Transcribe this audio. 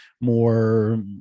more